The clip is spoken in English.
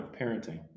parenting